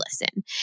listen